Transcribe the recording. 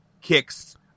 kicks